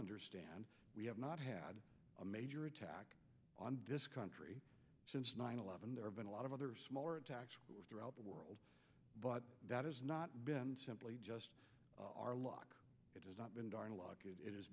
understand we have not had a major attack on disc country since nine eleven there have been a lot of other smaller attacks throughout the world but that has not been simply just our luck it has not been dialogue it has